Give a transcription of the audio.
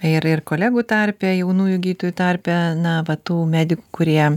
ir ir kolegų tarpe jaunųjų gytojų tarpe na va tų medikų kurie